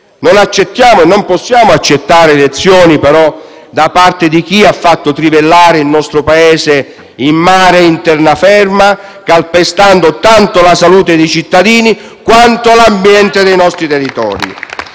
non possiamo farlo - da parte di chi ha fatto trivellare il nostro Paese in mare e in terraferma calpestando tanto la salute dei cittadini quanto l'ambiente dei nostri territori.